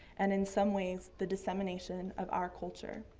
and in some ways the dissemination of our culture